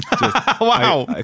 Wow